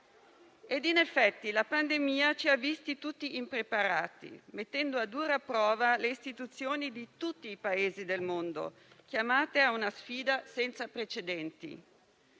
In effetti la pandemia ci ha trovati tutti impreparati, mettendo a dura prova le istituzioni di tutti i Paesi del mondo, chiamate a una sfida senza precedenti.